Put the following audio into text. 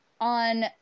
on